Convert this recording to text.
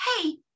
Hey